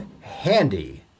handy